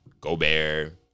Gobert